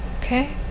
Okay